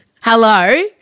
hello